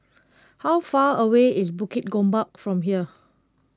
how far away is Bukit Gombak from here